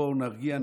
בואו נרגיע,